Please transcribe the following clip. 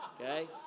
Okay